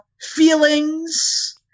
feelings